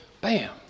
Bam